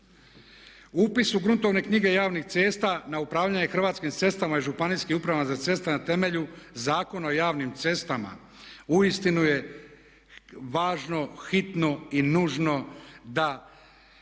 Upis u gruntovne knjige javnih cesta na upravljanje Hrvatskim cestama i županijskim upravama za ceste na temelju Zakona o javnim cestama uistinu je važno, hitno i nužno da